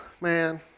man